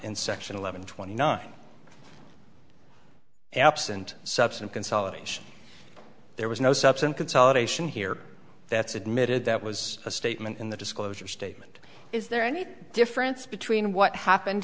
in section eleven twenty nine absent subs and consolidation there was no substance consolidation here that's admitted that was a statement in the disclosure statement is there any difference between what happened